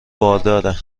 بارداره